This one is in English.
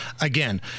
again